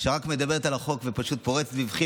כשהיא רק מדברת על החוק ופשוט פורצת בבכי,